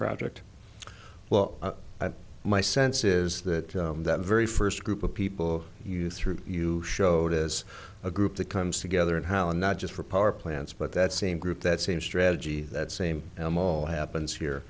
project well my sense is that that very first group of people you threw you showed as a group that comes together and how not just for power plants but that same group that same strategy that same them all happens here